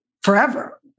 forever